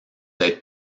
être